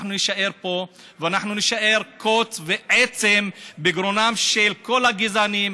אנחנו נישאר פה ואנחנו נישאר קוץ ועצם בגרונם של כל הגזענים,